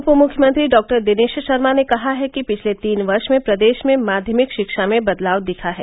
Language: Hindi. उप मुख्यमंत्री डॉक्टर दिनेश शर्मा ने कहा है कि पिछले तीन वर्ष में प्रदेश में माध्यमिक रिक्षा में बदलाव दिखा है